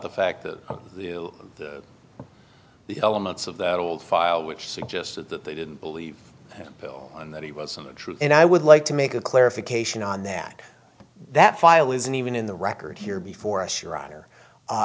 the fact that the elements of that old file which suggested that they didn't believe bill and that he wasn't true and i would like to make a clarification on that that file isn't even in the record here before